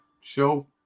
show